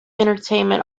entertainment